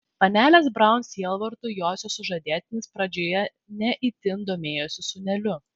panelės braun sielvartui josios sužadėtinis pradžioje ne itin domėjosi sūneliu